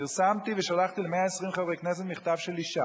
פרסמתי ושלחתי ל-120 חברי הכנסת מכתב של אשה